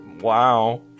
wow